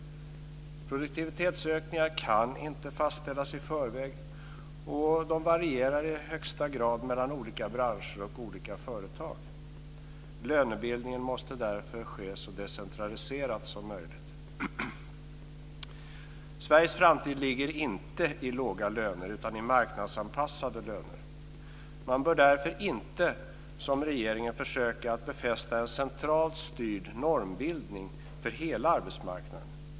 Produktivitetsökningar kan inte fastställas i förväg och de varierar i högsta grad mellan olika branscher och olika företag. Lönebildningen måste därför ske så decentraliserat som möjligt. Sveriges framtid ligger inte i låga löner utan i marknadsanpassade löner. Man bör därför inte som regeringen försöka befästa en centralt styrd normbildning för hela arbetsmarknaden.